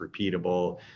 repeatable